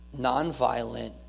nonviolent